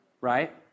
right